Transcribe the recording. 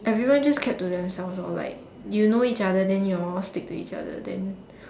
everyone just kept to themselves lor like you know each other then you all stick to each other then